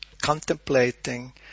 contemplating